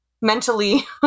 mentally